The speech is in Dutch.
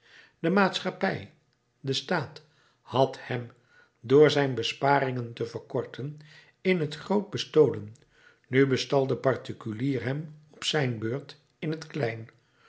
de maatschappij de staat had hem door zijn besparingen te verkorten in t groot bestolen nu bestal de particulier hem op zijn beurt in t klein